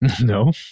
No